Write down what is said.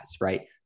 right